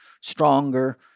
stronger